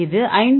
இது 5